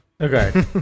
Okay